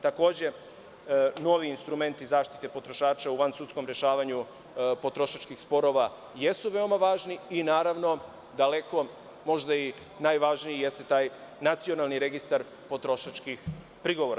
Takođe, novi instrumenti zaštite potrošača u vansudskom rešavanju potrošačkih sporova jesu veoma važni i naravno, daleko možda najvažnije jeste taj nacionalni registar potrošačkih prigovora.